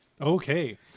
Okay